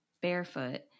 barefoot